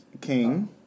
King